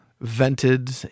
vented